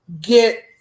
get